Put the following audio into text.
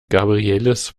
gabrieles